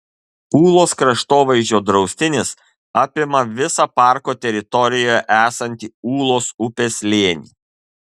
ūlos kraštovaizdžio draustinis apima visą parko teritorijoje esantį ūlos upės slėnį